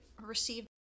received